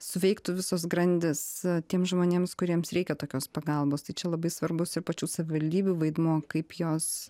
suveiktų visos grandys tiems žmonėms kuriems reikia tokios pagalbos tai čia labai svarbus ir pačių savivaldybių vaidmuo kaip jos